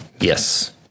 Yes